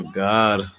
god